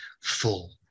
full